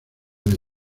the